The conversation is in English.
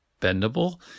bendable